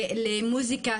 מוזיקה,